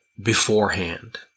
Beforehand